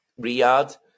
Riyadh